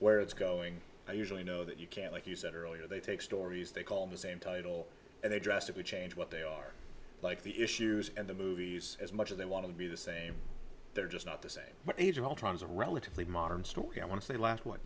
where it's going i usually know that you can like you said earlier they take stories they call the same title and they drastically change what they are like the issues and the movies as much as they want to be the same they're just not the same age of ultron is a relatively modern story i want to say last